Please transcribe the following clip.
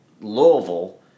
louisville